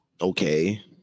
okay